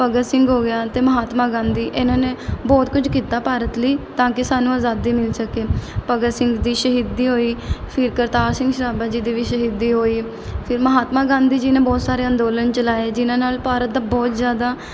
ਭਗਤ ਸਿੰਘ ਹੋ ਗਿਆ ਤੇ ਮਹਾਤਮਾ ਗਾਂਧੀ ਇਹਨਾਂ ਨੇ ਬਹੁਤ ਕੁਝ ਕੀਤਾ ਭਾਰਤ ਲਈ ਤਾਂ ਕਿ ਸਾਨੂੰ ਆਜ਼ਾਦੀ ਮਿਲ ਸਕੇ ਭਗਤ ਸਿੰਘ ਦੀ ਸ਼ਹੀਦੀ ਹੋਈ ਫਿਰ ਕਰਤਾਰ ਸਿੰਘ ਸਰਾਭਾ ਜੀ ਦੇ ਵੀ ਸ਼ਹੀਦੀ ਹੋਈ ਫਿਰ ਮਹਾਤਮਾ ਗਾਂਧੀ ਜੀ ਨੇ ਬਹੁਤ ਸਾਰੇ ਅੰਦੋਲਨ ਚਲਾਏ ਜਿਨ੍ਹਾਂ ਨਾਲ ਭਾਰਤ ਬਹੁਤ ਜ਼ਿਆਦਾ